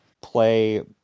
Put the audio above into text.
play